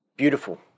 Beautiful